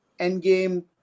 Endgame